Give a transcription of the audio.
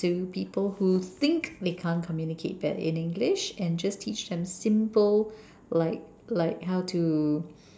to people who think they can't communicate that in English and just teach them simple like like how to